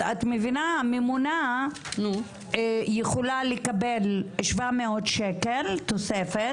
את מבינה שהממונה יכולה לקבל 700 שקל תוספת,